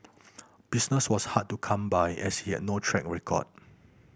business was hard to come by as he had no track record